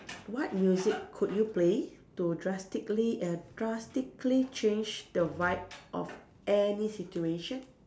what music could you play to drastically err drastically change the vibe of any situation